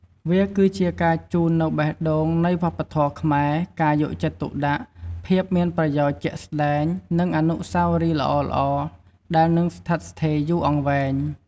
វាគឺជាការជូននូវបេះដូងនៃវប្បធម៌ខ្មែរ ការយកចិត្តទុកដាក់ ភាពមានប្រយោជន៍ជាក់ស្តែង និងអនុស្សាវរីយ៍ល្អៗដែលនឹងស្ថិតស្ថេរយូរអង្វែង។